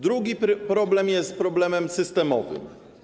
Drugi problem jest problemem systemowym.